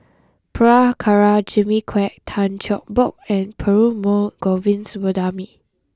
Prabhakara Jimmy Quek Tan Cheng Bock and Perumal Govindaswamy